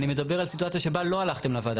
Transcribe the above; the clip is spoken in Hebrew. אני מדבר על סיטואציה שבה לא הלכתם לוועדה.